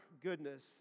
goodness